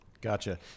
gotcha